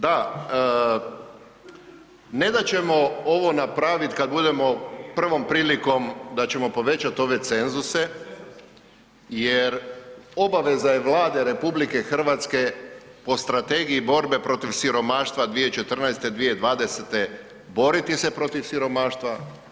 Da, ne da ćemo ovo napravit kada budemo prvom prilikom da ćemo povećat ove cenzuse jer obaveza je Vlade RH po Strategiji borbe protiv siromaštva 2014.-2020. boriti se protiv siromaštva.